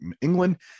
England